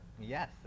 yes